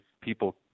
people